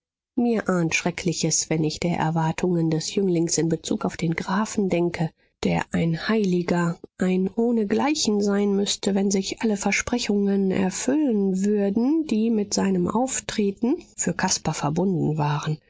mir ahnt schreckliches wenn ich der erwartungen des jünglings in bezug auf den grafen denke der ein heiliger ein ohnegleichen sein müßte wenn sich alle versprechungen erfüllen würden die mit seinem auftreten für caspar verbunden waren